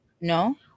no